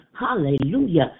hallelujah